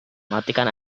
matikan